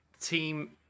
team